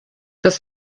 das